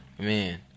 Man